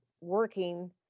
working